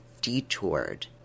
detoured